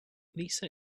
lisa